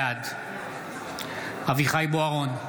בעד אביחי אברהם בוארון,